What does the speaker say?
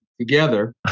together